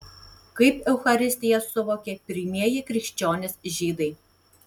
kaip eucharistiją suvokė pirmieji krikščionys žydai